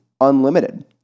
unlimited